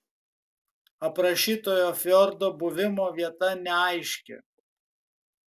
aprašytojo fjordo buvimo vieta neaiški